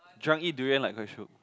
drunk eat durian like quite shiok